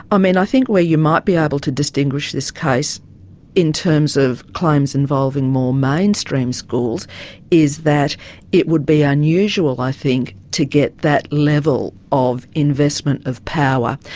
um i think where you might be able to distinguish this case in terms of claims involving more mainstream schools is that it would be unusual i think to get that level of investment of power.